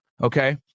Okay